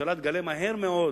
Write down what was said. והממשלה תגלה מהר מאוד